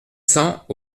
cent